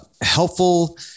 helpful